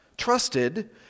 trusted